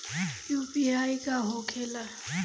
UPI का होखेला?